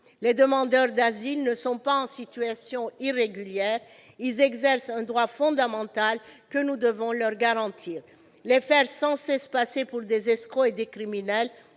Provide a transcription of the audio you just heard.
Les demandeurs d'asile ne sont pas en situation irrégulière, ils exercent un droit fondamental que nous devons leur garantir. Les faire sans cesse passer pour des escrocs et des criminels